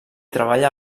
treballa